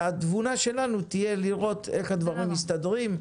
התבונה שלנו תהיה לראות איך הדברים מסתדרים.